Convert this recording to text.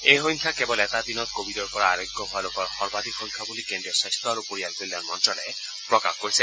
এই সংখ্যা কেৱল এটা দিনত ক ভিডৰ পৰা আৰোগ্য হোৱা লোকৰ সৰ্বাধিক সংখ্যা বুলি কেন্দ্ৰীয় স্বাস্থ্য আৰু পৰিয়াল কল্যাণ মন্ত্ৰালয়ে প্ৰকাশ কৰিছে